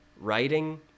Writing